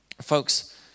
folks